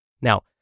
Now